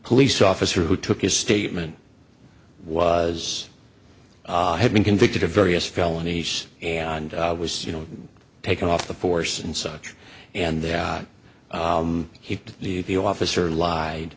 police officer who took his statement was had been convicted of various felonies and was you know taken off the force and such and that he knew the officer lied